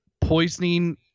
poisoning